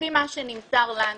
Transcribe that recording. לפי מה שנמסר לנו,